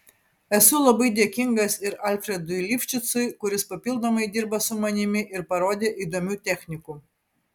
esu labai dėkingas ir alfredui lifšicui kuris papildomai dirba su manimi ir parodė įdomių technikų